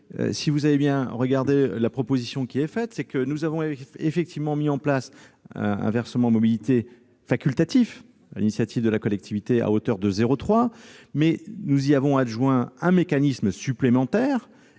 Si vous examinez bien la proposition qui vous est faite, mes chers collègues, nous avons effectivement mis en place un versement mobilité facultatif, laissé à l'initiative de la collectivité, à hauteur de 0,3 %, mais nous y avons adjoint un mécanisme supplémentaire-